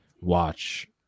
watch